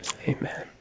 Amen